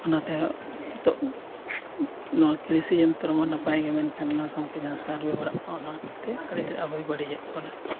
ᱚᱱᱟᱛᱮ ᱱᱤᱛᱚᱜ ᱱᱚᱣᱟ ᱠᱨᱤᱥᱤ ᱡᱚᱱᱛᱨᱚ ᱦᱚᱸ ᱱᱟᱯᱟᱭ ᱜᱮ ᱢᱮᱱᱠᱷᱟᱱ ᱚᱱᱟ ᱥᱟᱶᱛᱮ ᱡᱟᱦᱟᱸ ᱥᱟᱨ ᱵᱮᱵᱚᱦᱟᱨᱚᱜ ᱠᱟᱱᱟ ᱚᱱᱟ ᱠᱷᱟᱹᱛᱤᱨ ᱛᱮ ᱟᱹᱰᱤ ᱛᱮᱫ ᱟᱵᱚᱭ ᱵᱟᱹᱲᱤᱡᱮᱫ ᱵᱚᱱᱟ